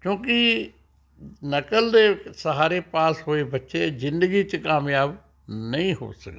ਕਿਉਂਕਿ ਨਕਲ ਦੇ ਸਹਾਰੇ ਪਾਸ ਹੋਏ ਬੱਚੇ ਜ਼ਿੰਦਗੀ 'ਚ ਕਾਮਯਾਬ ਨਹੀਂ ਹੋ ਸਕਦੇ